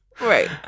Right